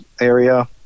area